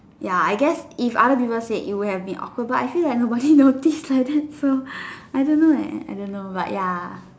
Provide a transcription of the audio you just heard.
ya I guess if other people say it would have been awkward but I feel like nobody noticed like that so I don't know leh I don't know but ya